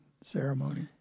ceremony